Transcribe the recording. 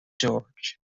george